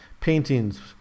Paintings